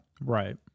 Right